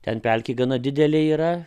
ten pelkė gana didelė yra